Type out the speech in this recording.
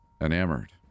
Enamored